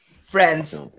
Friends